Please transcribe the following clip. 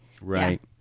Right